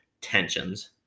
tensions